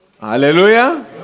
Hallelujah